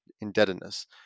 indebtedness